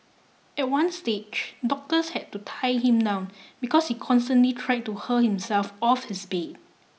at one stage doctors had to tie him down because he constantly tried to hurl himself off his bed